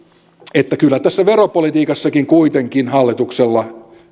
että kyllä tässä veropolitiikassakin kuitenkin hallituksella